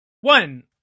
One